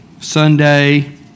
Sunday